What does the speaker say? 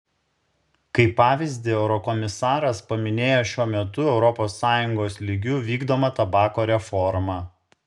kaip pavyzdį eurokomisaras paminėjo šiuo metu europos sąjungos lygiu vykdomą tabako reformą